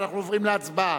ואנחנו עוברים להצבעה.